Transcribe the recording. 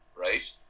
right